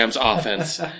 offense